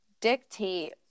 dictate